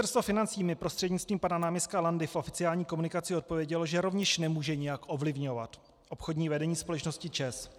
Ministerstvo financí mi prostřednictvím pana náměstka Landy v oficiální komunikaci odpovědělo, že rovněž nemůže nijak ovlivňovat obchodní vedení společnosti ČEZ.